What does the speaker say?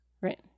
Right